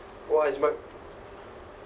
oh as in my